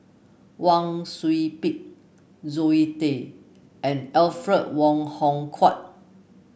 Wang Sui Pick Zoe Tay and Alfred Wong Hong Kwok